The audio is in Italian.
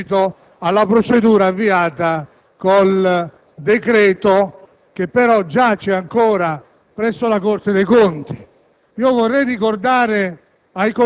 quindi seguito alla procedura avviata con decreto, che però giace ancora presso la Corte dei conti.